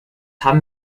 haben